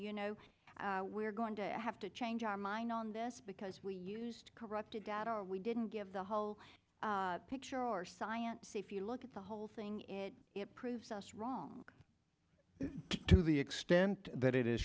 you know we're going to have to change our mind on this because we used corrupted data or we didn't give the whole picture or science if you look at the whole thing it proves us wrong to the extent that it is